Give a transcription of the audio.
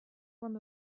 form